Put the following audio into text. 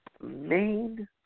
main